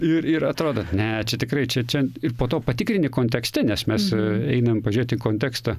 ir ir atrodo ne čia tikrai čia čia ir po to patikrini kontekste nes mes einam pažiūrėt į kontekstą